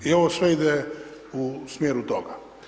I ovo sve ide u smjeru toga.